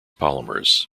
polymers